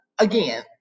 again